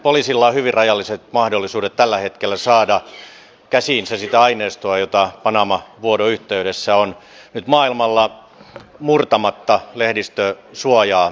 poliisilla on hyvin rajalliset mahdollisuudet tällä hetkellä saada käsiinsä sitä aineistoa jota panama vuodon yhteydessä on nyt maailmalla murtamatta lehdistösuojaa